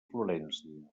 florència